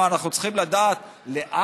מה, אנחנו צריכים לדעת לאן?